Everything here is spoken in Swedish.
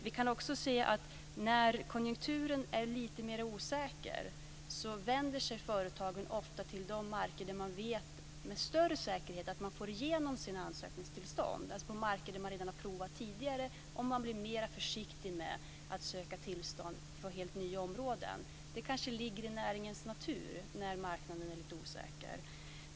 Vi kan också se att när konjunkturen är lite mer osäker vänder sig företagen ofta till de marker där man med större säkerhet vet att man får igenom sina ansökningstillstånd, alltså på marker där man har provat tidigare. Man blir mer försiktig med att söka tillstånd på helt nya områden. Det kanske ligger i näringens natur när marknaden är lite osäker.